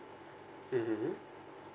mmhmm